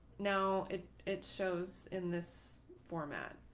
now it it shows in this format,